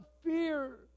fear